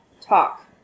talk